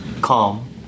Calm